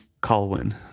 Colwyn